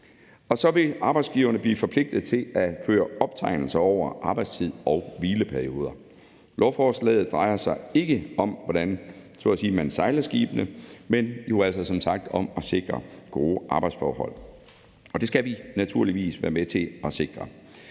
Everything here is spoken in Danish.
Så vil arbejdsgiverne også blive forpligtet til at føre optegnelser over arbejdstid og hvileperioder. Lovforslaget drejer sig ikke om, hvordan man så at sige sejler skibene, men drejer sig altså som sagt om at sikre gode arbejdsforhold. Det skal vi naturligvis være med til at sikre,